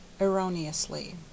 Erroneously